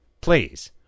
please